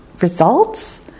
Results